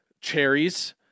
Cherries